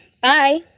Bye